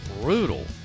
brutal